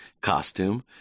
costume